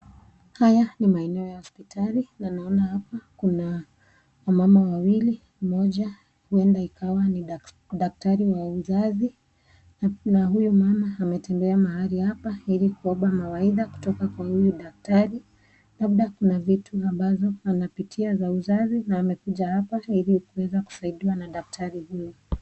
Haya ni maeneo ya hospitali, na naona hapa kuna wamama wawili, moja uenda ikiwa ni dakitari wa uzazi, na huyu mama ametembea mahali hapa ili kuomba mawaidha kutoka kwa huyu dakitari, labda kuna vitu ambazo anapitia za uzazi na amekuja hapa ili kuweza kusaidiwa na dakitari huyu.